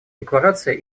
декларация